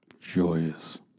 Joyous